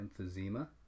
emphysema